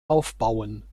aufbauen